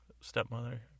stepmother